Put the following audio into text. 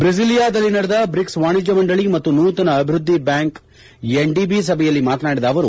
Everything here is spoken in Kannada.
ಬ್ರೆಜಿಲಾಯಾದಲ್ಲಿ ನಡೆದ ಬ್ರಿಕ್ಸ್ ವಾಣಿಜ್ಯ ಮಂಡಳಿ ಮತ್ತು ನೂತನ ಅಭಿವೃದ್ದಿ ಬ್ಯಾಂಕ್ ಎನ್ಡಿಬಿ ಸಭೆಯಲ್ಲಿ ಮಾತನಾಡಿದ ಅವರು